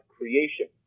creation